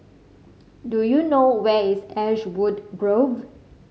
do you know where is Ashwood Grove